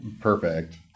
perfect